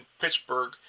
Pittsburgh